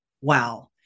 Wow